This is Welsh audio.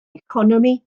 economi